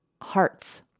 hearts